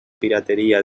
pirateria